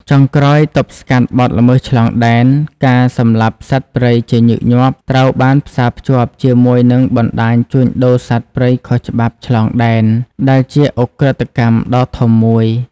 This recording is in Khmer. ចុងក្រោយទប់ស្កាត់បទល្មើសឆ្លងដែន ការសម្លាប់សត្វព្រៃជាញឹកញាប់ត្រូវបានផ្សារភ្ជាប់ជាមួយនឹងបណ្ដាញជួញដូរសត្វព្រៃខុសច្បាប់ឆ្លងដែន ដែលជាឧក្រិដ្ឋកម្មដ៏ធំមួយ។